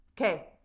okay